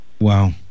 Wow